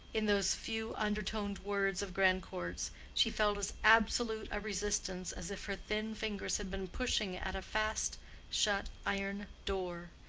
in those few under-toned words of grandcourt's she felt as absolute a resistance as if her thin fingers had been pushing at a fast shut iron door.